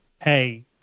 Hey